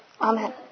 Amen